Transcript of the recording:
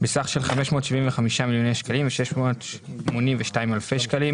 בסך של 575,682,000 שקלים.